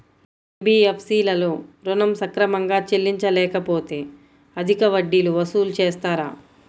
NBFC లలో ఋణం సక్రమంగా చెల్లించలేకపోతె అధిక వడ్డీలు వసూలు చేస్తారా?